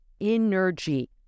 energy